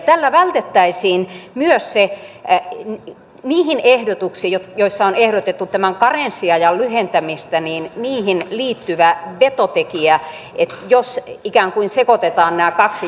tällä vältettäisiin myös se niihin ehdotuksiin joissa on ehdotettu tämän karenssiajan lyhentämistä liittyvä vetotekijä jos ikään kuin sekoitetaan nämä kaksi järjestelmää